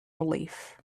relief